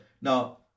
Now